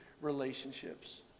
relationships